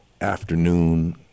afternoon